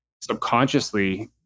subconsciously